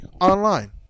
online